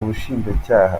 ubushinjacyaha